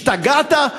השתגעת?